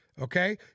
Okay